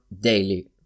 daily